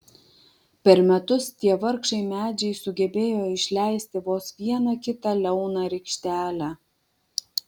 per metus tie vargšai medžiai sugebėjo išleisti vos vieną kitą liauną rykštelę